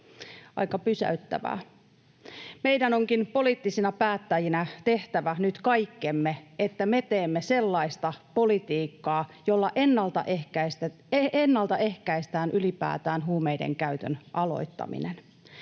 Aika pysäyttävää. Meidän onkin poliittisina päättäjinä tehtävä nyt kaikkemme, että me teemme sellaista politiikkaa, jolla ennaltaehkäistään ylipäätään huumeiden käytön aloittaminen